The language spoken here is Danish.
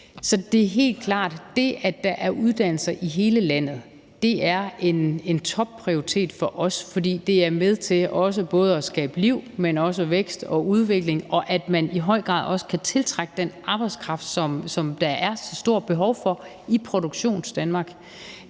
Så det er helt klart, at det, at der er uddannelser i hele landet, er en topprioritet for os, for det er med til både at skabe liv, men også skabe vækst og udvikling, og at man i høj grad også kan tiltrække den arbejdskraft, som der er så stort behov for i Produktionsdanmark.